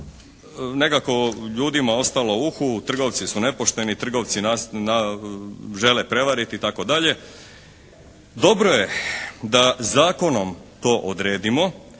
nekako ljudima ostalo u uhu trgovci su nepošteni, trgovci nas žele prevariti itd. Dobro je da zakonom to odredimo